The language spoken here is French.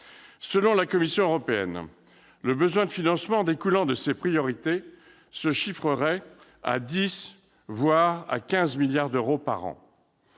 Selon la Commission européenne, le besoin de financement découlant de ces priorités se chiffrerait à 10 milliards, voire à 15 milliards d'euros par an.